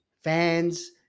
fans